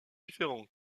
différents